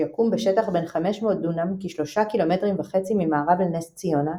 שיקום בשטח בן 500 דונם כשלושה קילומטרים וחצי ממערב לנס ציונה,